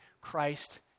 Christ